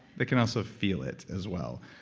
they can also feel it as well.